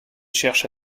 cherche